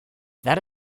that